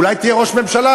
אולי תהיה ראש ממשלה,